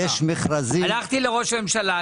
הלכתי לראש הממשלה.